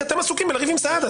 כי אתם עסוקים בלריב עם סעדה,